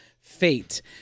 fate